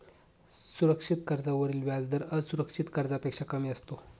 सुरक्षित कर्जावरील व्याजदर असुरक्षित कर्जापेक्षा कमी असतो